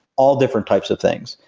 all different types of things.